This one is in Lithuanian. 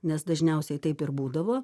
nes dažniausiai taip ir būdavo